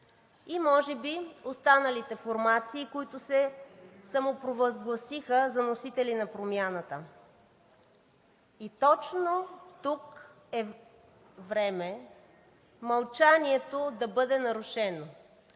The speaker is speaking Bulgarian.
и може би останалите формации, които се самопровъзгласиха за носители на промяната. Точно тук е време мълчанието да бъде нарушено